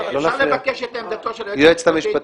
אפשר לבקש את עמדתו של היועץ המשפטי?